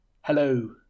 Hello